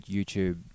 YouTube